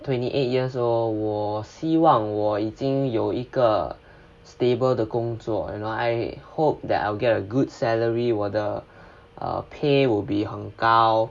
twenty eight years old 我希望我已经有一个 stable 的工作 you know I hope that I will get a good salary 我的 pay will be 很高